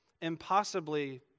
impossibly